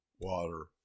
water